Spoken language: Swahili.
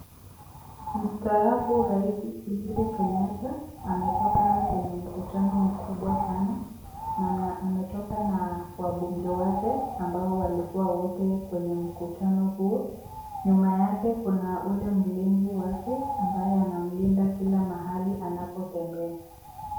Mwanamke amebeba mtoto. Mtoto analia. Mwanamke amesimama chini ya mti mkubwa. Mwanaume amevaa koti jeusi. Anasimama mbele ya gari nyeupe. Watu wanakimbia barabarani.